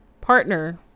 partner